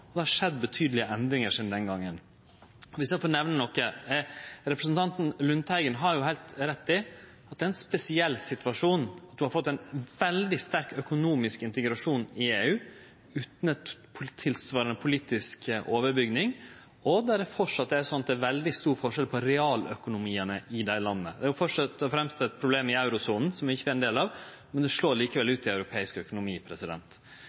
og det har skjedd betydelege endringar sidan den gongen. Om eg får nemne nokre endringar: Representanten Lundteigen har heilt rett i at det er ein spesiell situasjon. Ein har fått ein veldig sterk økonomisk integrasjon i EU utan ein tilsvarande politisk overbygning, og det er framleis slik at det er veldig stor forskjell på realøkonomiane i landa. Det er først og fremst eit problem i eurosona, som ikkje vi er ein del av, men det slår likevel ut i europeisk økonomi.